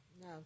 No